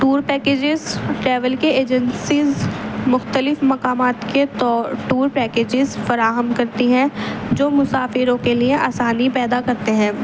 tour packages travel کے agencies مختلف مقامات کے ٹور پیکجز فراہم کرتی ہیں جو مسافروں کے لیے آسانی پیدا کرتے ہیں